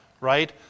right